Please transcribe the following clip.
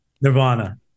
nirvana